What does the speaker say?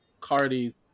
Cardi